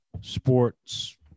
sports